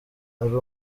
ari